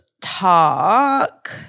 talk